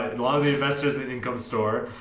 and lot of the investors and income store